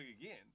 again